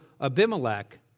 Abimelech